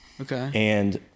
Okay